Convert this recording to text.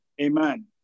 Amen